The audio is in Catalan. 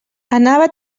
anava